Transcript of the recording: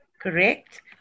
Correct